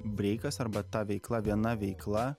breikas arba ta veikla viena veikla